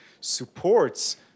supports